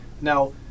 Now